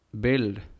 build